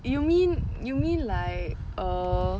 you mean you mean like err